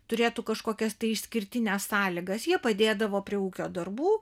turėtų kažkokias tai išskirtines sąlygas jie padėdavo prie ūkio darbų